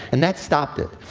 and that stopped it.